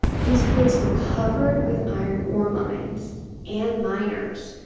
these woods were covered with iron ore mines and miners,